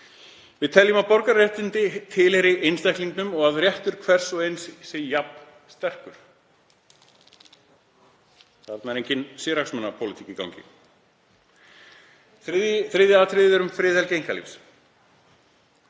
Við teljum að borgararéttindi tilheyri einstaklingum og að réttur hvers og eins sé jafn sterkur. Þarna er engin sérhagsmunapólitík í gangi. Þriðja atriðið er um friðhelgi einkalífsins.